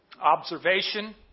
observation